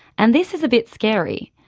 and this is a bit scary.